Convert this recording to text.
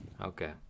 Okay